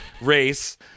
race